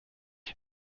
wir